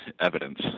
evidence